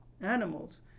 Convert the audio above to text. animals